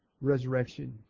resurrection